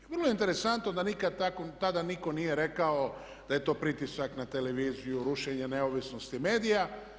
I vrlo je interesantno da nitko tada nije rekao da je to pritisak na televiziju, rušenje neovisnosti medija.